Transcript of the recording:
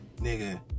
Nigga